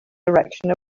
direction